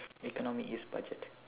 economy is budget